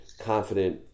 confident